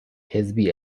حزبی